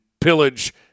pillage